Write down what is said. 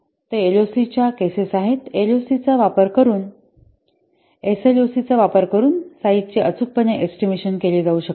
ते एसएलओसी च्या केसेस आहेत एसएलओसीचा वापर करून साईझ चे अचूकपणे एस्टिमेशन केला जाऊ शकत नाही